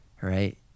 right